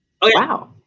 Wow